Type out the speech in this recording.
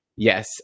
Yes